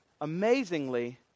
amazingly